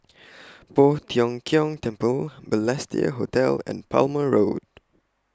Poh Tiong Kiong Temple Balestier Hotel and Palmer Road